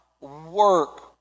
work